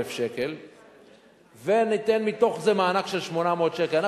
שקל וניתן מתוך זה מענק של 800 שקל לחודש.